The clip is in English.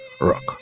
rock